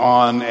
on